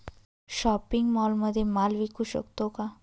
Shopping मॉलमध्ये माल विकू शकतो का?